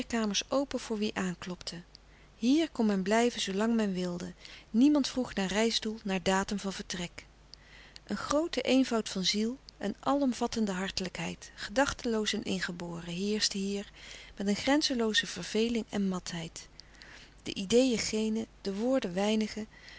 open voor wie aanklopte hier kon men blijven zoolang men wilde niemand vroeg naar reisdoel naar datum van vertrek een groote eenvoud van ziel een alomvattende hartelijkheid gedachteloos en ingeboren heerschte hier met een grenzelooze verveling en matheid de ideeën geene de woorden weinige